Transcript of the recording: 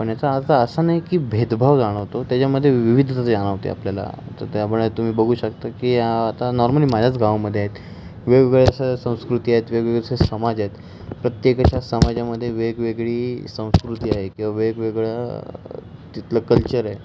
पण याचा अर्थ असा नाही की भेदभाव जाणवतो त्याच्यामध्ये विविधते जाणवते आपल्याला तर त्यामुळे तुम्ही बघू शकता की आता नॉर्मली माझ्याच गावामध्ये आहेत वेगवेगळ्या संस्कृती आहेत वेगवेगळे असे समाज आहेत प्रत्येकाच्या समाजामध्ये वेगवेगळी संस्कृती आहे किंवा वेगवेगळं तिथलं कल्चर आहे